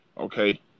Okay